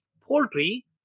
poultry